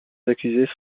accusés